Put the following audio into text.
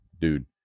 dude